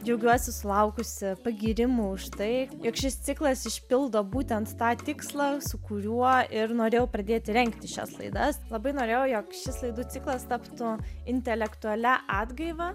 džiaugiuosi sulaukusi pagyrimų už tai jog šis ciklas išpildo būtent tą tikslą su kuriuo ir norėjau pradėti rengti šias laidas labai norėjau jog šis laidų ciklas taptų intelektualia atgaiva